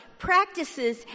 Practices